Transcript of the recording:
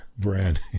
brand